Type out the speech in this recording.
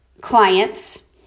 clients